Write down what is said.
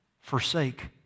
forsake